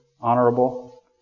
honorable